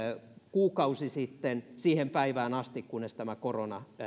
kuukausi sitten siihen päivään asti kunnes korona